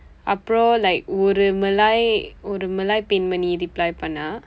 அப்புறம:appuram like ஒரு Malay ஒரு Malay பெண்மணி:oru malaay oru malaay penmani reply பண்ணா:pannaa